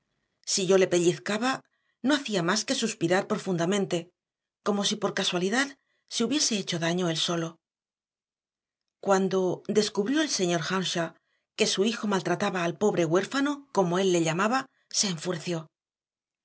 si yo le pellizcaba no hacía más que suspirar profundamente como si por casualidad se hubiese hecho daño él solo cuando descubrió el señor earnshaw que su hijo maltrataba al pobre huérfano como él le llamaba se enfureció